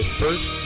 first